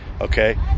Okay